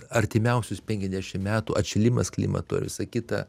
artimiausius penkiasdešimt metų atšilimas klimato ir visa kita